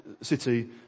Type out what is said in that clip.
city